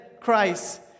Christ